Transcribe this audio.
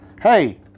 Hey